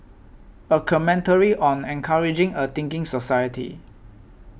a commentary on encouraging a thinking society